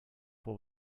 for